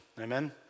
Amen